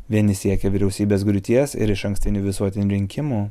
vieni siekia vyriausybės griūties ir išankstinių visuotinių rinkimų